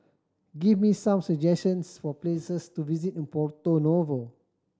give me some suggestions for places to visit in Porto Novo